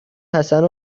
حسن